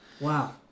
Wow